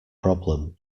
problem